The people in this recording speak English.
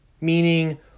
meaning